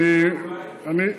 הוא לא צלל, אולי המריא?